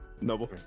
Noble